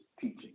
teaching